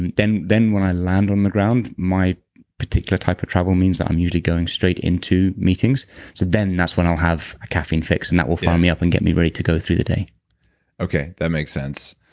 and then then when i land on the ground, my particular type of travel means that i'm usually going straight into meetings. so then, that's when i'll have a caffeine fix and that will fire me up and get me ready to go through the day okay. that makes sense.